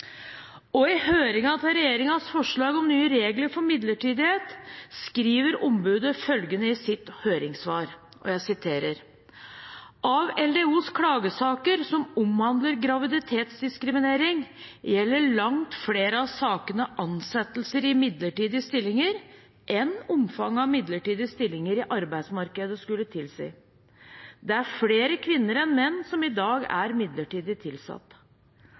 I høringen til regjeringens forslag om nye regler for midlertidighet skriver ombudet følgende i sitt høringssvar: «Av LDOs klagesaker som omhandler graviditetsdiskriminering gjelder langt flere av sakene ansettelser i midlertidige stillinger, enn omfanget av midlertidige stillinger i arbeidsmarkedet skulle tilsi. Det er flere kvinner enn menn som i dag er midlertidig